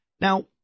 Now